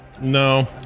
no